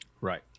Right